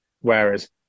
Whereas